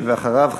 ואחריו,